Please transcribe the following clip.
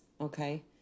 okay